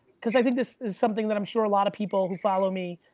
cause i think this is something that i'm sure a lot of people who follow me,